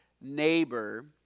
neighbor